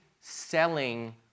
selling